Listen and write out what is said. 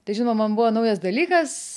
tai žinoma man buvo naujas dalykas